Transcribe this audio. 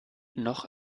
noch